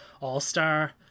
all-star